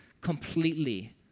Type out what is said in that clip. completely